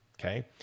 okay